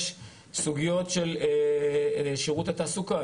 יש סוגיות של שירות התעסוקה,